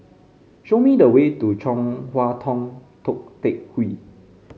show me the way to Chong Hua Tong Tou Teck Hwee